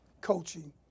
Coaching